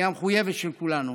היא המחויבות של כולנו.